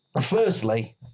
Firstly